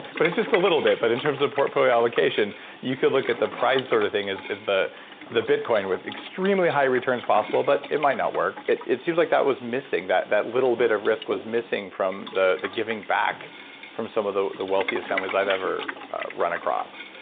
but it's just a little bit. but in terms of portfolio allocation you could look at the prize sort of thing as the the bitcoin with extremely high returns possible, but it might not work. it seems like that was missing, that that little bit of risk was missing from the the giving back from some of the the wealthiest families i've ever run across.